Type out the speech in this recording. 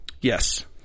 Yes